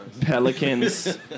Pelicans